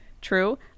True